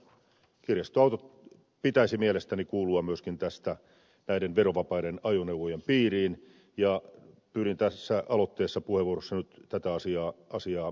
kirjastoautojen pitäisi mielestäni kuulua myöskin näiden verovapaiden ajoneuvojen piiriin ja pyrin tässä puheenvuorossa nyt tätä asiaa perustelemaan